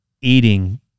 eating